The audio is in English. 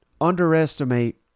underestimate